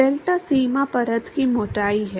delta सीमा परत की मोटाई है